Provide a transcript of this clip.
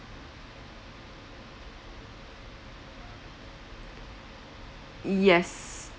yes